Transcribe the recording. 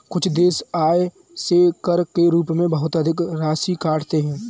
कुछ देश आय से कर के रूप में बहुत अधिक राशि काटते हैं